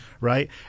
right